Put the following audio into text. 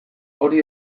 hori